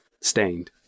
Stained